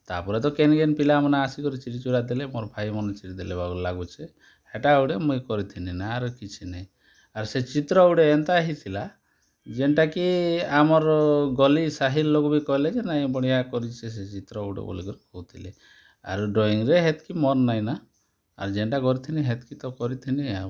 ତା'ର୍ପରେ ତ କେନ୍ କେନ୍ ପିଲାମାନେ ଆସିକରି ଚିରିଚୁରା ଦେଲେ ମୋର୍ ଭାଇ ଭଉଣୀ ଚିରି ଦେଲେ ବାଗିର୍ ଲାଗୁଛେ ହେଟା ଗୁଟେ ମୁଇଁ କରିଥିଲି ନା ଆର୍ କିଛି ନାହିଁ ଆର୍ ସେ ଚିତ୍ର ଗୁଟେ ଏନ୍ତା ହେଇଥିଲା ଯେନ୍ଟା କି ଆମର୍ ଗଲି ସାହି ଲୋକ୍ ବି କହେଲେ ନାଇ ବଢ଼ିଆ କର୍ଛେ ସେ ଚିତ୍ର ଗୁଟେ ବୋଲିକରି କହୁଥିଲେ ଆରୁ ଡ୍ରଇଂରେ ହେତ୍କି ମନ୍ ନାଇ ନା ଆର୍ ଯେନ୍ଟା କରିଥିଲି ହେତ୍କି ତ କରିଥିଲି ଆଉ